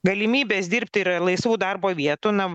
galimybės dirbti ir laisvų darbo vietų na